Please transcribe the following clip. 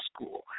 school